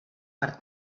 per